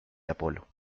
apolo